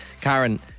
Karen